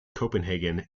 copenhagen